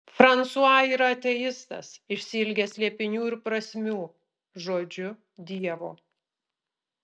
fransua yra ateistas išsiilgęs slėpinių ir prasmių žodžiu dievo